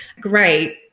Great